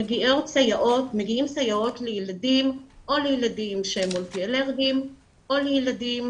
מגיעות סייעות לילדים מולטי אלרגיים או לילדים